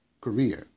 Korea